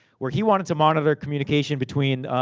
where he wanted to monitor communication between.